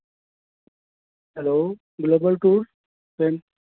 hello global tour and